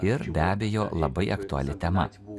ir be abejo labai aktuali tema